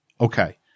Okay